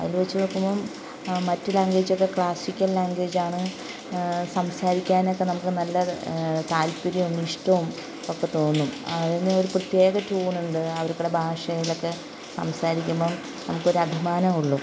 അതു വച്ച് നോക്കുമ്പം മറ്റു ലാംഗ്വേജൊക്കെ ക്ലാസ്സിക്കൽ ലാംഗ്വേജാണ് സംസാരിക്കാനൊക്കെ നമുക്ക് നല്ല താൽപ്പര്യവും ഇഷ്ടവും ഒക്കെ തോന്നും അതിനൊരു പ്രത്യേക ട്യൂണുണ്ട് അവരുടെ ഭാഷയിലൊക്കെ സംസാരിക്കുമ്പം നമുക്കൊരു അഭിമാനമേ ഉള്ളു